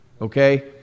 Okay